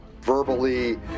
verbally